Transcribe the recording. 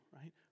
right